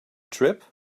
trip